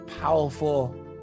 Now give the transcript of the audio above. powerful